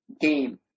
game